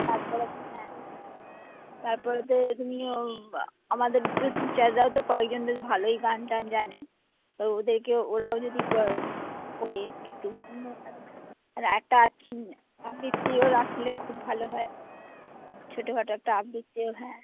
তার পরে তো হ্যাঁ তার পরেতে তুমিও আমাদের তো টিচাররাও তো কয়েকজন বেশ ভালোই গান টান জানে তো ওদেরকে ওরাও যদি করে একটু গান বাজনা আর একটা আবৃত্তিও রাখলে খুব ভালো হয় ছোটোখাটো একটা আবৃত্তিও হ্যাঁ